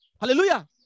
Hallelujah